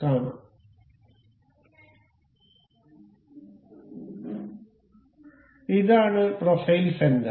അതിനാൽ ഇതാണ് profile centre